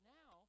now